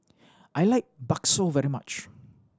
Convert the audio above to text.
I like bakso very much